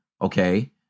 Okay